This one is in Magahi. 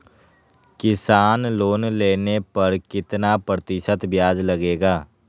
किसान लोन लेने पर कितना प्रतिशत ब्याज लगेगा?